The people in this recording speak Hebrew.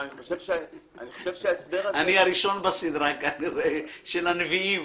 אני כנראה הראשון בסדרה של הנביאים,